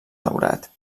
daurat